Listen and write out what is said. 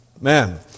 Man